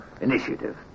Initiative